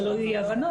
שלא תהיינה אי הבנות,